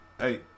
Hey